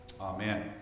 Amen